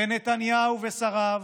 ונתניהו ושריו,